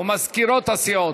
או מזכירות הסיעות.